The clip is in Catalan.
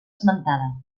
esmentada